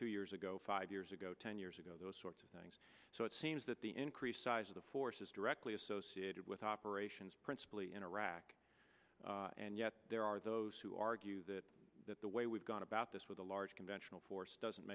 two years ago five years ago ten years ago those sorts of things so it seems that the increased size of the force is directly associated with operations principally in iraq and yet there are those who argue that that the way we've gone about this with a large conventional force doesn't